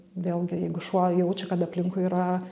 vėlgi jeigu šuo jaučia kad aplinkui yra